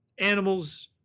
animal's